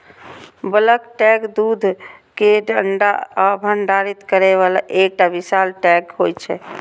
bulk tank दूध कें ठंडा आ भंडारित करै बला एकटा विशाल टैंक होइ छै